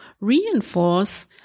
reinforce